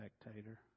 spectator